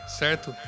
certo